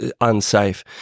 unsafe